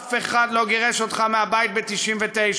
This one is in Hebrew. אף אחד לא גירש אותך מהבית ב-1999,